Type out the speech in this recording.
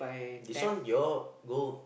this one you all no